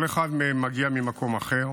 כל אחד מהם מגיע ממקום אחר,